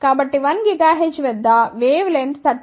కాబట్టి 1 GHz వద్ద wavelength 30 cm